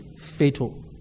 fatal